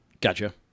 Gotcha